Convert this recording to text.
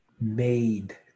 made